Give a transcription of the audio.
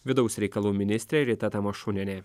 vidaus reikalų ministrė rita tamašunienė